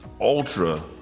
ultra